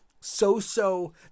so-so